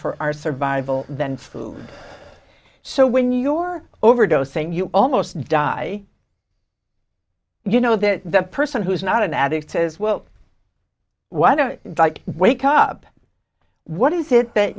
for our survival than food so when your overdose thing you almost die you know that the person who is not an addict says well why don't you wake up what is it that